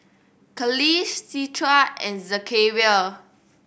Khalish Citra and Zakaria